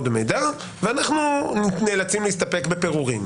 מידע ואנחנו נאלצים להסתפק בפירורים.